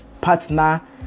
partner